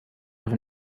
have